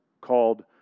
called